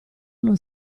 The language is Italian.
non